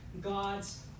God's